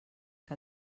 que